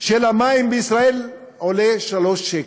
של המים בישראל הוא 3 שקלים.